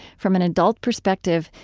from an adult perspective,